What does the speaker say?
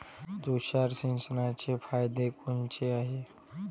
तुषार सिंचनाचे फायदे कोनचे हाये?